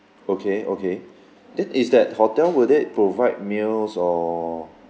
okay okay then is that hotel will they provide meals or